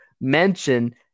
mention